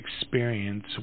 experience